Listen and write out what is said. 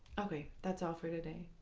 okay, that's all for today.